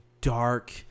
dark